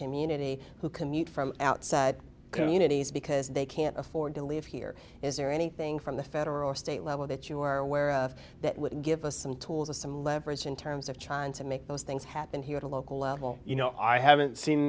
community who commute from outside communities because they can't afford to live here is there anything from the federal or state level that you are aware of that would give us some tools or some leverage in terms of trying to make those things happen here at a local level you know i haven't seen